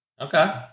Okay